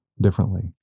differently